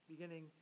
beginning